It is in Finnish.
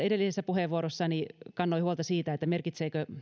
edellisessä puheenvuorossani kannoin huolta siitä merkitseekö